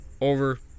over